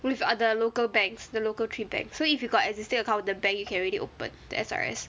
with other local banks the local three banks so if you got existing account in the bank you can already open the S_R_S